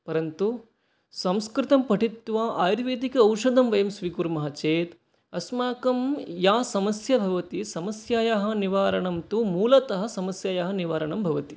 परन्तु संस्कृतं पठित्वा आयुर्वेदिकौषधं वयं स्वीकुर्मः चेत् अस्माकं या समस्या भवति समस्यायाः निवारणं तु मूलतः समस्यायाः निवारणं भवति